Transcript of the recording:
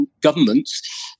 governments